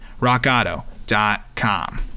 rockauto.com